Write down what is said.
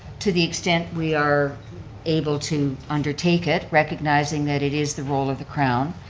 to the extent we are able to undertake it, recognizing that it is the role of the crown,